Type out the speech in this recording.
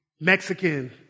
Mexican